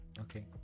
Okay